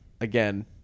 again